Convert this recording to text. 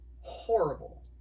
horrible